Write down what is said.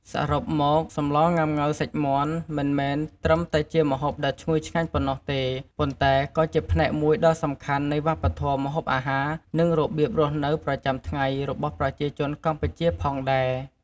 សរុបមក សម្លងុាំង៉ូវសាច់មាន់ មិនមែនត្រឹមតែជាម្ហូបដ៏ឈ្ងុយឆ្ងាញ់ប៉ុណ្ណោះទេ ប៉ុន្តែក៏ជាផ្នែកមួយដ៏សំខាន់នៃវប្បធម៌ម្ហូបអាហារ និងរបៀបរស់នៅប្រចាំថ្ងៃរបស់ប្រជាជនកម្ពុជាផងដែរ។